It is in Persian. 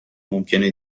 ممکنه